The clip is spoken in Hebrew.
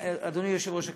אדוני יושב-ראש הכנסת,